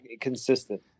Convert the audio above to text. consistent